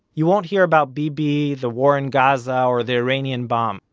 you won't hear about bibi, the war in gaza, or the iranian bomb.